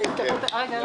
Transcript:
לא התקבלה.